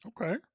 Okay